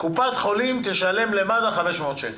קופת חולים תשלם למד"א 500 שקל.